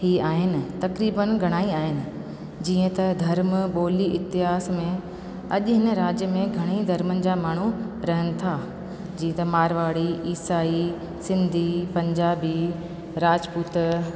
हीअ आहिनि तक़रीबनि घणा ई आहिनि जीअं त धर्म ॿोली इतिहास में अॼु हिन राज्य में घणेई धर्मनि जा माण्हू रहनि था जीअं त मारवाड़ी ईसाई सिंधी पंजाबी राजपूत